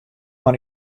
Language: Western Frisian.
mar